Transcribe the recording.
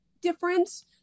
difference